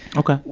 ok.